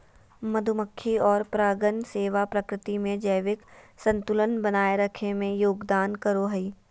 मधुमक्खी और परागण सेवा प्रकृति में जैविक संतुलन बनाए रखे में योगदान करो हइ